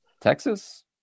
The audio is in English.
Texas